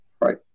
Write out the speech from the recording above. Right